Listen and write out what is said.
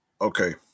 Okay